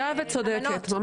וצודקת.